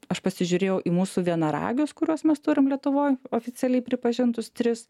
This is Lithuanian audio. aš pasižiūrėjau į mūsų vienaragius kuriuos mes turim lietuvoj oficialiai pripažintus tris